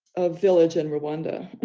a village in rwanda?